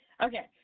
Okay